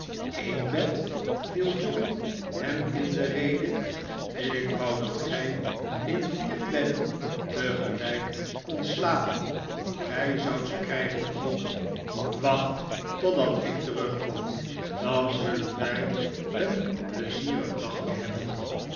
een bed viel john hem in de rede ik wou dat gij in vier bedden tegelijk kondt slapen gij zoudt ze krijgen ook wacht totdat ik terugkom dan zullen wij een plei zierig dagje hebben